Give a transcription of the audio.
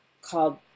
called